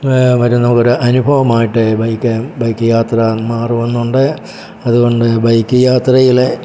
പറ്റുന്ന ഒരു അനുഭവമായിട്ട് ബൈക്ക് ബൈക്ക് യാത്ര മാറുമെന്നുണ്ട് അതുകൊണ്ട് ബൈക്ക് യാത്രയിൽ